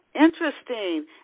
Interesting